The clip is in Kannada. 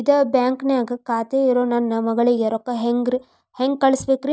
ಇದ ಬ್ಯಾಂಕ್ ನ್ಯಾಗ್ ಖಾತೆ ಇರೋ ನನ್ನ ಮಗಳಿಗೆ ರೊಕ್ಕ ಹೆಂಗ್ ಕಳಸಬೇಕ್ರಿ?